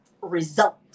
result